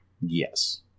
Yes